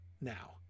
now